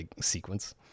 sequence